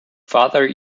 farther